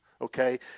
Okay